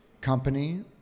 company